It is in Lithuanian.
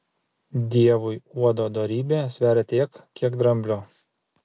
dievui uodo dorybė sveria tiek kiek dramblio